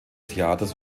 theaters